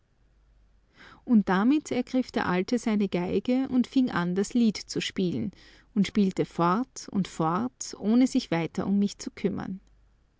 und damit ergriff der alte seine geige und fing an das lied zu spielen und spielte fort und fort ohne sich weiter um mich zu kümmern